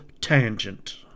tangent